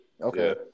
Okay